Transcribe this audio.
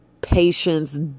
patience